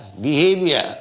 behavior